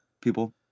People